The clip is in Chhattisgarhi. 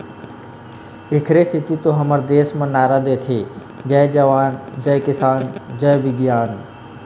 एखरे सेती तो हमर देस म नारा देथे जय जवान, जय किसान, जय बिग्यान